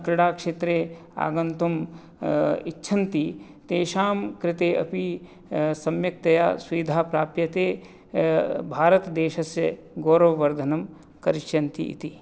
क्रीडाक्षेत्रे आगन्तुम् इच्छन्ति तेषाम् कृते अपि सम्यक्तया सुविधा प्राप्यते भारतदेशस्य गौरववर्धनं करिष्यन्ति इति